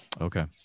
Okay